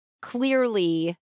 clearly